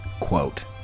quote